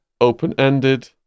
open-ended